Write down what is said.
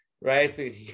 right